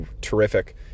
terrific